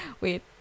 Wait